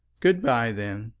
good-by, then,